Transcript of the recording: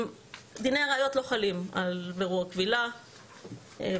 דיני הראיות לא חלים על בירור הקבילה ואנחנו